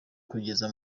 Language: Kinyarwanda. kugeza